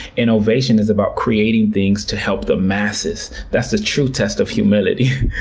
innovation is about creating things to help the masses. that's the true test of humility.